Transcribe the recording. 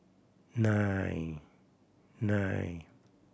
nine nine